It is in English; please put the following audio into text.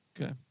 Okay